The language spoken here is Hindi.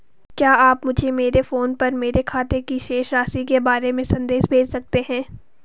क्या आप मुझे मेरे फ़ोन पर मेरे खाते की शेष राशि के बारे में संदेश भेज सकते हैं?